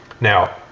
Now